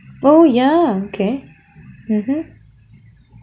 oh ya okay mmhmm